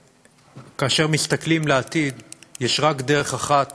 שכאשר מסתכלים לעתיד יש רק דרך אחת